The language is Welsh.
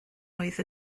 oedd